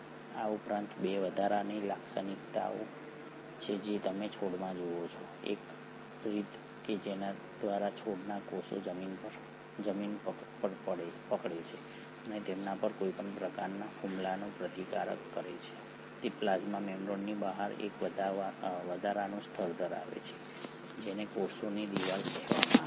આ ઉપરાંત 2 વધારાની લાક્ષણિકતાઓ છે જે તમે છોડમાં જુઓ છો એક રીત કે જેના દ્વારા છોડના કોષો જમીન પર પકડે છે અને તેમના પર કોઈપણ પ્રકારના હુમલાનો પ્રતિકાર કરે છે તે પ્લાઝ્મા મેમ્બ્રેનની બહાર એક વધારાનું સ્તર ધરાવે છે જેને કોષની દિવાલ કહેવામાં આવે છે